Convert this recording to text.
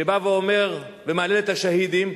שבא ואומר ומהלל את השהידים,